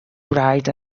bright